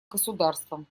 государством